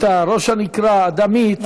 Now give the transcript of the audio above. חניתה, ראש הנקרה, אדמית.